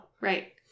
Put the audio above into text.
Right